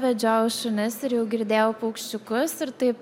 vedžiojau šunis ir jau girdėjau paukščiukus ir taip